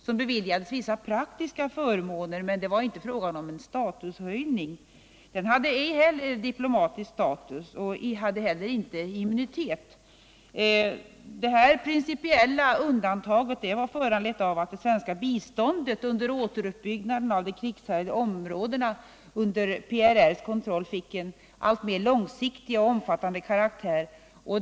Den beviljades vissa praktiska förmåner, men det var inte fråga om någon statushöjning. Delegationen hade inte diplomatisk status och inte heller immunitet. Detta principiella undantag var föranlett av att det svenska biståndet under återuppbyggnaden av de krigshärjade områdena under PRR:s kontroll fick en alltmer långsiktig och omfattande karaktär.